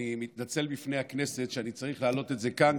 אני מתנצל בפני הכנסת שאני צריך להעלות את זה כאן,